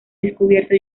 descubierto